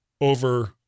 over